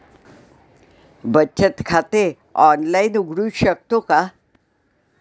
बचत खाते ऑनलाइन उघडू शकतो का?